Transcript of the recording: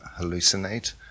hallucinate